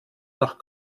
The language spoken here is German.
nach